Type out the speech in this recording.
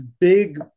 big